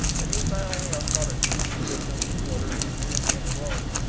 it means not only our thought of beauty, wisdom, order, and unity in the world,